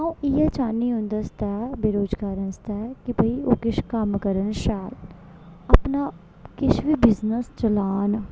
आ'ऊं इ'यै चाहन्नी उं'दे आस्तै बेरोजगारें आस्तै कि भाई ओह् किश कम्म करन शैल अपना किश बी बिजनेस चलान